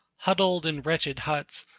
huddled in wretched huts,